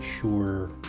sure